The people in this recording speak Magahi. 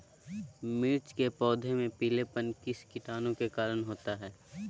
मिर्च के पौधे में पिलेपन किस कीटाणु के कारण होता है?